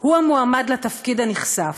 הוא המועמד לתפקיד הנכסף.